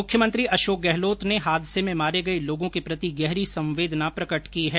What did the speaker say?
मुख्यमंत्री अशोक गहलोत ने हादसे में मारे गए लोगों के प्रति गहरी संवेदना प्रकेट की है